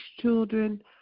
children